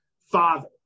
father